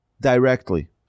directly